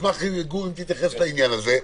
אשמח אם תתייחס לעניין הזה.